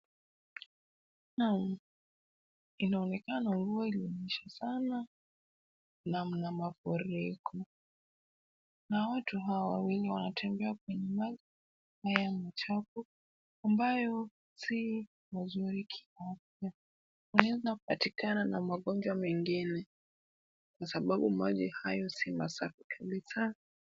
Naam! Inaonekana mvua ilinyesha sana na mna mafuriko na watu hawa wawili wanatembea kwenye maji hayo machafu ambayo si mazuri kiafya. Wanaweza kupatikana na magonjwa mengine kwa sababu maji hayo si masafi kabisa.